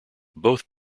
both